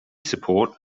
support